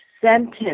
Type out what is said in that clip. sentence